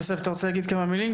יוסף, אתה רוצה להגיד כמה מילים?